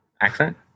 accent